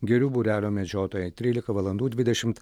girių būrelio medžiotojai trylika valandų dvidešimt